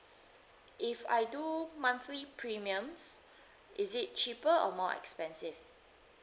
if I do monthly premiums is it cheaper or more expensive